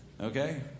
Okay